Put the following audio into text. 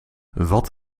wat